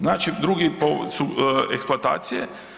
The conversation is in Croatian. Znači drugi po su eksploatacije.